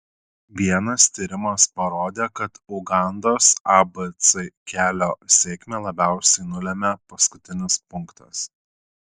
vienas tyrimas parodė kad ugandos abc kelio sėkmę labiausiai nulėmė paskutinis punktas